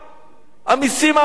המסים העקיפים.